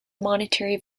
monetary